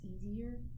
easier